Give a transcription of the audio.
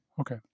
Okay